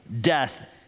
death